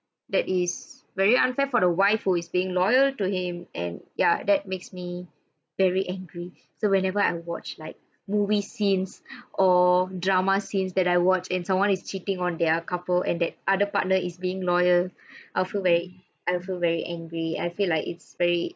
that is very unfair for the wife who is being loyal to him and ya that makes me very angry so whenever I watch like movie scenes or drama scenes that I watch and someone is cheating on their couple and that other partner is being loyal I'll feel very I'll feel very angry I feel like it's very